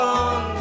on